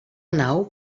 nau